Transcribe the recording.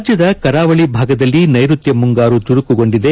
ರಾಜ್ಯದ ಕರಾವಳಿ ಭಾಗದಲ್ಲಿ ನೈರುತ್ತ ಮುಂಗಾರು ಚುರುಕುಗೊಂಡಿದೆ